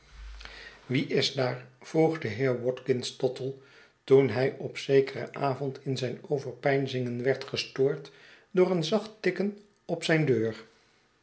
wie is daar vroeg de heer watkins tottle toen hij op zekeren avond in zijn overpeinzingen werd gestoord door een zacht tikken op zijn deur